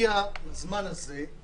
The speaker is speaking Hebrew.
שנגיע לזמן הזה,